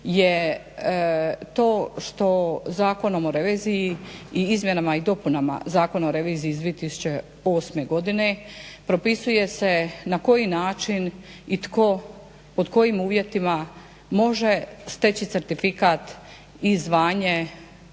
je to što Zakonom o reviziji i izmjenama i dopunama Zakona o reviziji iz 2008.godine propisuje se na koji način i pod kojim uvjetima može steći certifikat i zvanje